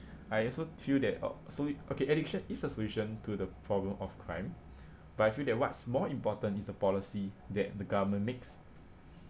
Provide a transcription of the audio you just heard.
I also feel that so okay education is a solution to the problem of crime but I feel that what's more important is the policy that the government makes